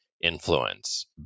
influence